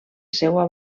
seua